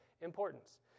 importance